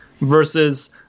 versus